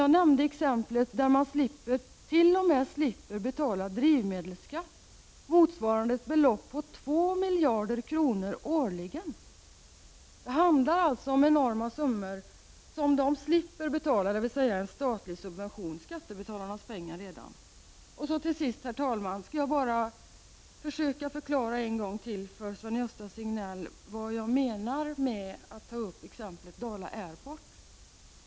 Jag nämnde exemplet att man t.o.m. slipper betala drivmedelsskatt motsvarande ett belopp på 2 miljarder kronor årligen. Det handlar alltså om enorma summor som de slipper betala, dvs. en statlig subvention, skattebetalarnas pengar. Till sist, herr talman, skall jag bara försöka förklara en gång till för Sven Gösta Signell vad jag menar med att ta upp exemplet Dala Airport.